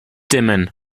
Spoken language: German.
dimmen